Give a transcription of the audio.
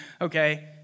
Okay